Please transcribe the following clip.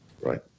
right